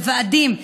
לוועדים,